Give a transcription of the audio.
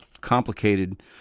complicated